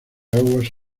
aguas